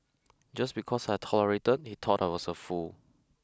just because I tolerated he thought I was a fool